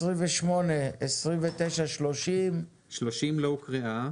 28, 29 עם